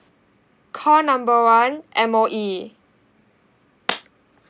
call number one M_O_E